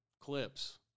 clips